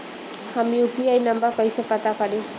हम UPI number कइसे पता करी?